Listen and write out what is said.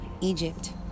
Egypt